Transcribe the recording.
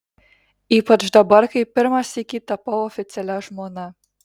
ypač dabar kai pirmą sykį tapau oficialia žmona